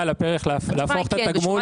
על הפרק להפוך את התגמול --- התשובה היא כן.